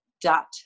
dot